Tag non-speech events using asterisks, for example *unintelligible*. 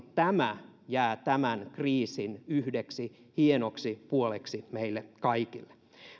*unintelligible* tämä jää tämän kriisin yhdeksi hienoksi puoleksi meille kaikille